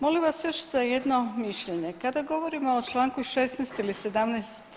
Molim vas još za jedno mišljenje, kada govorimo o Članku 16. ili 17.